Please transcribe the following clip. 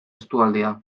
estualdia